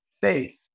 faith